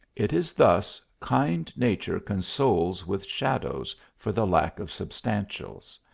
it is thus kind nature consoles with shadows for the lack of substantials.